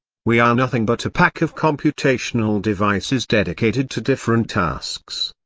we are nothing but a pack of computational devices dedicated to different tasks.